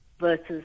versus